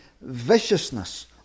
viciousness